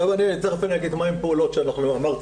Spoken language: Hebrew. תיכף אני אומר מהן הפעולות שאמרתי